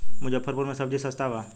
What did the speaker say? मुजफ्फरपुर में सबजी सस्ता बा